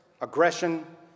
aggression